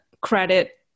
credit